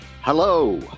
hello